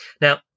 Now